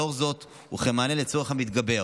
לאור זאת, וכמענה לצורך המתגבר